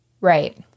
Right